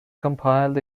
compiled